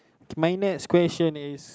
okay mine next question is